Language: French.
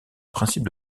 principe